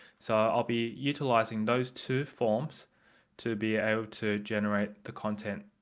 so i'll be utilizing those two forms to be able to generate the content.